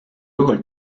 juhul